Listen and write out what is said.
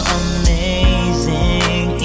amazing